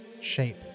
shape